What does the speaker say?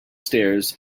stairs